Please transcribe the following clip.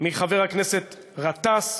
מחבר הכנסת גטאס,